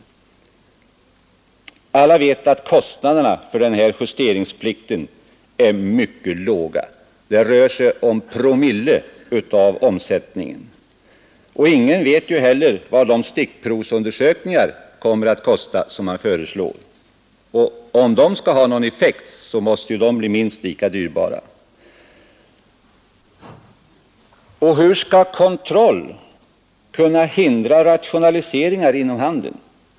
Alla vet att kostnaderna för justeringsplikten är mycket låga, det rör sig om promille av omsättningen, och ingen vet heller vad de stickprovundersökningar som man föreslår kommer att kosta. Om de skall ha någon effekt, måste de bli minst lika dyrbara. Hur skall kontroll hindra rationaliseringar inom handeln?